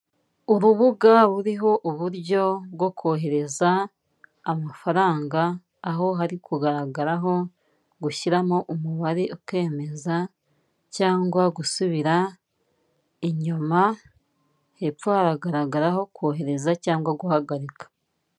Urubuga ruriho uburyo bwo kohereza amafaranga, aho hari kugaragaraho gushyiramo umubare ukemeza cyangwa gusubira inyuma, hepfo hagaragaraho kohereza cyangwa guhagarika.